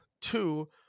Two